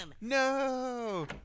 No